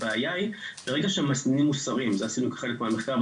הבעיה היא מרגע שהמסננים מוסרים ואת זה עשינו כחלק המחקר.